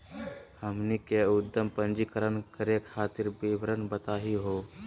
हमनी के उद्यम पंजीकरण करे खातीर विवरण बताही हो?